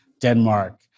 Denmark